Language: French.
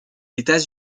etats